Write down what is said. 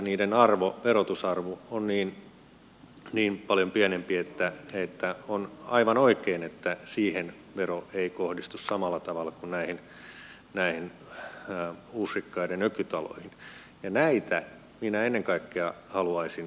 niiden verotusarvo on paljon pienempi ja on aivan oikein että niihin vero ei kohdistu samalla tavalla kuin näihin uusrikkaiden ökytaloihin ja näitä minä ennen kaikkea haluaisin verottaa